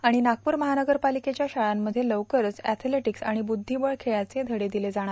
आणि नागपूर महानगरपालिकेच्या शाळंमध्ये लवकरच एवलेटिक्स आणि बुद्दीबळ खेळचे घडे दिले जाणार